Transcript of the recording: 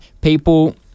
people